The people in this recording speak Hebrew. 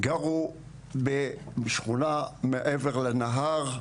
גרו בשכונה מעבר לנהר,